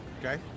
Okay